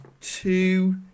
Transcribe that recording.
two